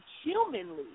humanly